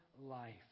life